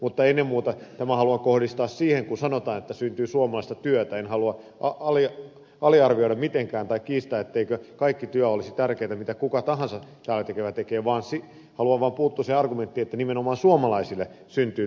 mutta ennen muuta tämän haluan kohdistaa siihen kun sanotaan että syntyy suomalaista työtä en halua aliarvioida mitenkään tai kiistää etteikö kaikki työ olisi tärkeätä mitä kuka tahansa täällä tekevä tekee vaan haluan vaan puuttua siihen argumenttiin että nimenomaan suomalaisille syntyy työpaikkoja